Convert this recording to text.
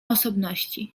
osobności